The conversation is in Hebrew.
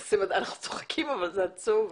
אנחנו צוחקים אבל זה עצוב.